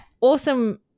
awesome